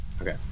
Okay